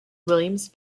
williams